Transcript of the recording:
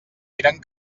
eren